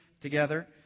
together